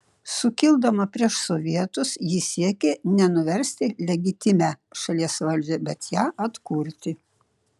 sukildama prieš sovietus ji siekė ne nuversti legitimią šalies valdžią bet ją atkurti